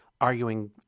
arguing